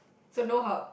so no hub